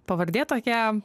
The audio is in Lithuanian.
pavardė tokia